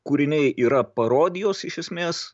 kūriniai yra parodijos iš esmės